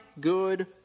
good